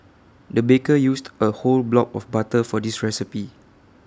the baker used A whole block of butter for this recipe